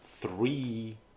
three